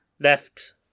left